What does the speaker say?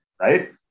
Right